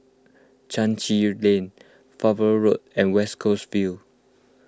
Chai Chee Lane Farnborough Road and West Coast Vale